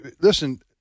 listen